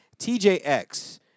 TJX